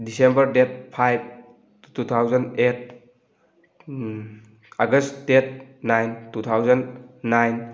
December date five two thousand eight August date nine two thousand nine